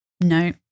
no